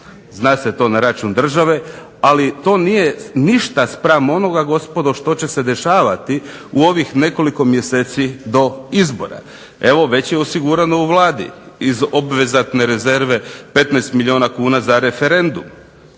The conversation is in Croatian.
zna se to na račun države, ali to nije ništa spram onoga što će se dešavati u ovih nekoliko mjeseci do izbora. Evo, već je osigurano u Vladi iz obvezatne rezerve 15 milijuna kuna za referendum.